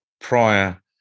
prior